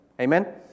Amen